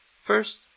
First